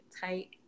tight